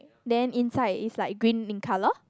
then inside is like green in colour